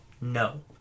No